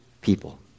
people